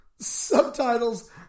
subtitles